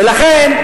ולכן,